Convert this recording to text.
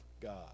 God